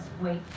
wait